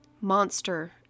Monster